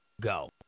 go